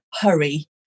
hurry